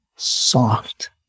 soft